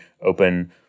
open